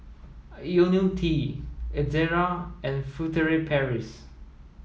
Ionil T Ezerra and Furtere Paris